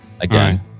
Again